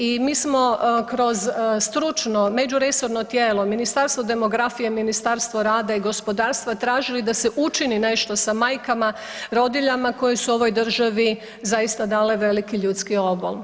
I mi smo kroz stručno međuresorno tijelo, Ministarstvo demografije, Ministarstvo rada i gospodarstva tražili da se učini nešto sa majkama rodiljama koje su ovoj državi zaista dale veliki ljudski obol.